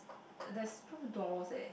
there's two doors eh